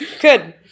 good